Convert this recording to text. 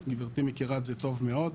גבירתי מכירה את זה טוב מאוד,